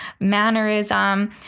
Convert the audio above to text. Mannerism